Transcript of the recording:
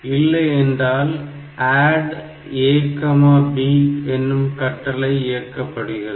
இல்லையென்றால் ADD A B எனும் கட்டளை இயக்கப்படுகிறது